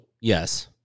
yes